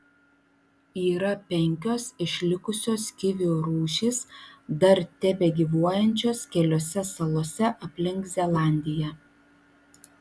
yra penkios išlikusios kivių rūšys dar tebegyvuojančios keliose salose aplink zelandiją